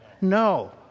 No